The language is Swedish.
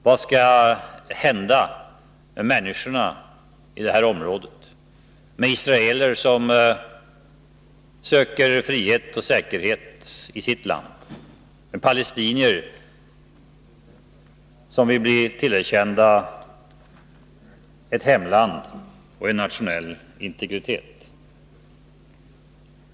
Vad skall hända människorna i detta område med israeler som söker frihet och säkerhet i sitt land och palestinier som vill bli tillerkända ett hemland och en nationellintegritet?